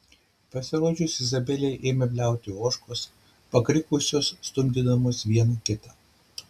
pasirodžius izabelei ėmė bliauti ožkos pakrikusios stumdydamos viena kitą